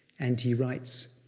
and he writes,